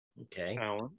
Okay